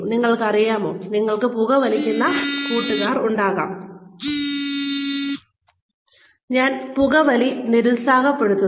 നിങ്ങൾക്കറിയാമോ നിങ്ങൾക്ക് പുകവലിക്കുന്ന കൂട്ടുക്കാർ ഉണ്ടാകാം ഞാൻ പുകവലി നിരുത്സാഹപ്പെടുത്തുന്നു